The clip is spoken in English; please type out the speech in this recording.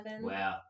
Wow